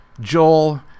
Joel